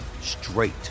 straight